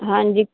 ਹਾਂਜੀ